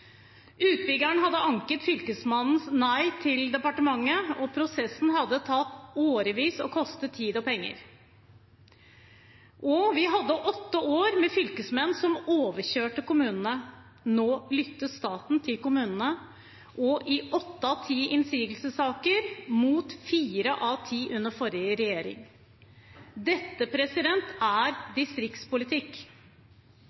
Utbyggeren hadde anket Fylkesmannens nei til departementet, og prosessen hadde tatt årevis og kostet tid og penger. Vi hadde åtte år med fylkesmenn som overkjørte kommunene. Nå lytter staten til kommunene i åtte av ti innsigelsessaker, mot fire av ti under forrige regjering. Dette er